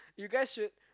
you guys should